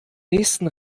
nächsten